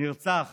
נרצח